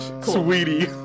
Sweetie